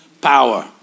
power